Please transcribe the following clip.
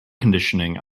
conditioning